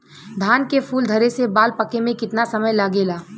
धान के फूल धरे से बाल पाके में कितना समय लागेला?